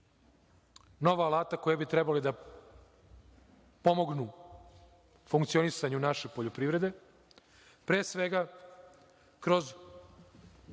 nova alata koji bi trebali da pomognu u funkcionisanju naše poljoprivrede. Pre svega, kroz